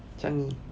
changi